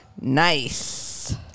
nice